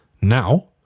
Now